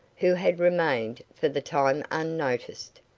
who had remained for the time unnoticed.